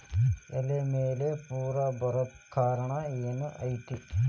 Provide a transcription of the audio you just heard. ಎಲೆ ಮ್ಯಾಲ್ ಪೊರೆ ಬರಾಕ್ ಕಾರಣ ಏನು ಐತಿ?